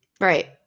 Right